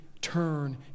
turn